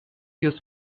used